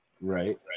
Right